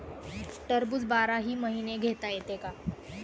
टरबूज बाराही महिने घेता येते का?